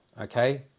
okay